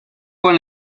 con